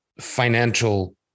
financial